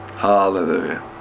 Hallelujah